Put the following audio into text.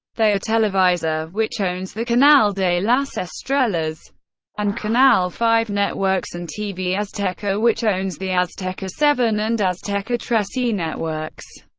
they are televisa, which owns the canal de las estrellas and canal five networks, and tv azteca, which owns the azteca seven and azteca trece networks.